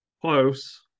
Close